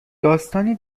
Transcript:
داستانی